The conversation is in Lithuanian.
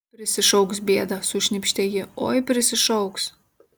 prisišauks bėdą sušnypštė ji oi prisišauks